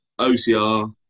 OCR